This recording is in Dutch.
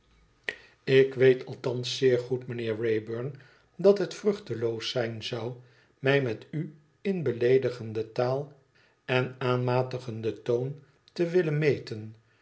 ik weet althans zeer goed mijnheer wraybum dat het vruchteloos zijn zou mij met u in beleegdigende taal en aanmatigenden toon te willen meten